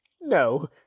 no